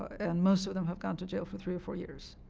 and most of them have gone to jail for three or four years.